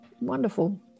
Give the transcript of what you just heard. wonderful